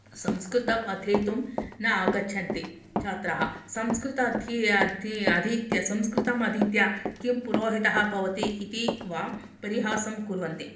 संस्कृतम् अध्येतुं न आगच्छन्ति च्छात्राः संस्कृत्यम् अध्यय अध्यय अधीत्य संस्कृतम् अधीत्य किं पुरोहितः भवति इति वा परिहासं कुर्वन्ति